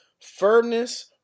firmness